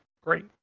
great